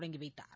தொடங்கி வைத்தார்